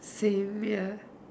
saviour